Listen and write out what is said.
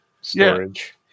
storage